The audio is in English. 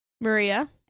Maria